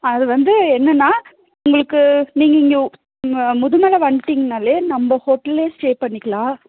அது வந்து என்னன்னா உங்களுக்கு நீங்கள் இங்கே முதுமலை வந்துவிட்டிங்கன்னாலே நம்ப ஹோட்டல்லையே ஸ்டே பண்ணிக்கலாம்